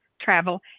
travel